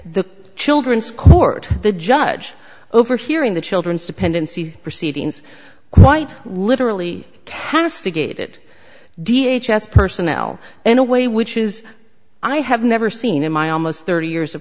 the children's court the judge overhearing the children's dependency proceedings quite literally cannister gaited d h s personnel in a way which is i have never seen in my almost thirty years of